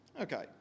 Okay